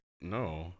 No